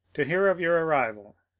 to hear of your arrival,